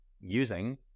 using